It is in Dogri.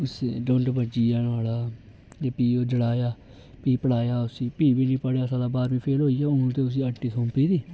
उस्सी डुंड भज्जिया नोआड़ा ते भी ओह् जड़ाया भी पढ़ाया उस्सी भी बी निं पढ़ेआ साला बारह्मीं फेल होई गेआ हून ते उस्सी हट्टी सौंपी दी